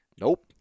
Nope